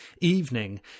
evening